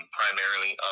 primarily